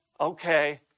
Okay